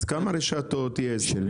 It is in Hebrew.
אז כמה רשתות יש?